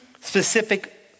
specific